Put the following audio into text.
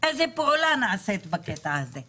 איזו פעולה נעשית בקטע הזה.